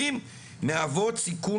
מקדם